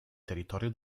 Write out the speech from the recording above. territorio